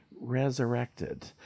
resurrected